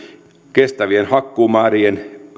kestävien hakkuumäärien